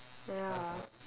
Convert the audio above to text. ya